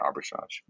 arbitrage